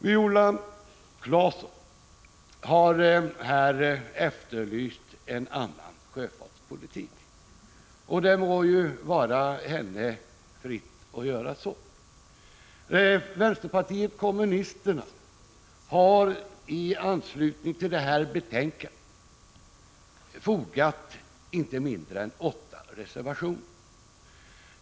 Viola Claesson har här efterlyst en annan sjöfartspolitik, och det må stå henne fritt att göra så. Vänsterpartiet kommunisterna har till det här betänkandet fogat inte mindre än åtta reservationer.